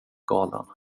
galen